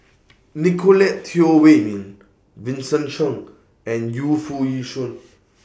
Nicolette Teo Wei Min Vincent Cheng and Yu Foo Yee Shoon